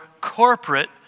corporate